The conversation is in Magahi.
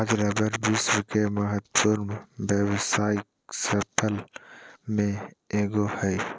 आज रबर विश्व के महत्वपूर्ण व्यावसायिक फसल में एगो हइ